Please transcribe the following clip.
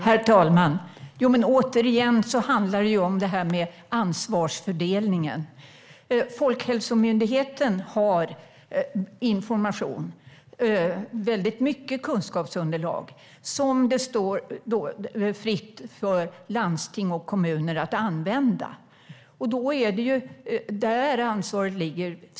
Herr talman! Det handlar återigen om ansvarsfördelning. Folkhälsomyndigheten har information och mycket kunskapsunderlag som det står landsting och kommuner fritt att använda. Då är det där ansvaret ligger.